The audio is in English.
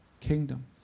kingdom